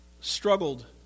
struggled